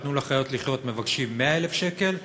"תנו לחיות לחיות" מבקשים 100,000 שקל,